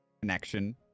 connection